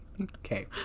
Okay